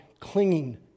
clinging